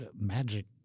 magic